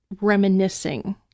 reminiscing